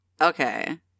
Okay